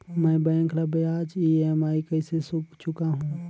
मैं बैंक ला ब्याज ई.एम.आई कइसे चुकाहू?